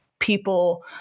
people